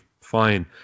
fine